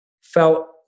felt